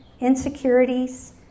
insecurities